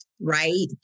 right